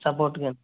support కాని